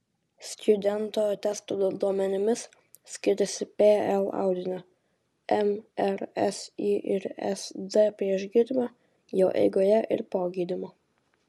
stjudento testo duomenimis skiriasi pl audinio mr si ir sd prieš gydymą jo eigoje ir po gydymo